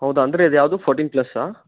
ಹೌದಾ ಅಂದರೆ ಇದು ಯಾವುದು ಫೋರ್ಟಿನ್ ಪ್ಲಸ್ಸಾ